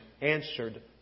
answered